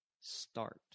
start